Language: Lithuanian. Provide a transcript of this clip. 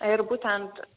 ir būtent